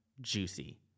juicy